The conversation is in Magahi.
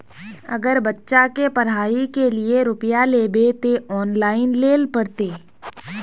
अगर बच्चा के पढ़ाई के लिये रुपया लेबे ते ऑनलाइन लेल पड़ते?